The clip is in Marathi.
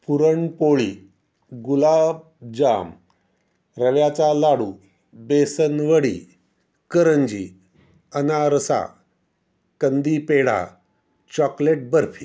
पुरणपोळी गुलाबजाम रव्याचा लाडू बेसनवडी करंजी अनारसा कंदीपेढा चॉकलेट बर्फी